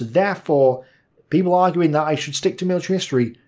therefore people arguing that i should stick to military history,